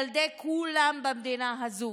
ילדי כולם במדינה הזו.